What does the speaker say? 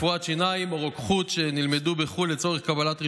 רפואת שיניים או רוקחות שנלמדו בחו"ל לצורך קבלת רישיון,